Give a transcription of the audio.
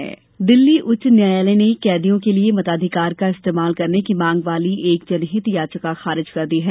कैदी मताधिकार दिल्ली उच्च न्यायालय ने कैदियों के लिए मताधिकार का इस्तेमाल करने की मांग वाली एक जनहित याचिका खारिज कर दी है